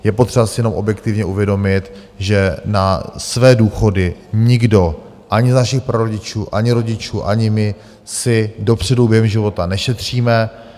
Je potřeba si jenom objektivně uvědomit, že na své důchody nikdo ani z našich prarodičů, ani rodičů, ani my si dopředu během života nešetříme.